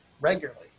regularly